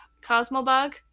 Cosmobug